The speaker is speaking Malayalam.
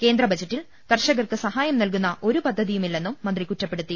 കേന്ദ്ര ബജറ്റിൽ കർഷകർക്ക് സഹായം നൽകുന്ന ഒരു പദ്ധതിയുമില്ലെന്നും മന്ത്രി കുറ്റപ്പെടുത്തി